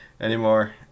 anymore